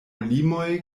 limoj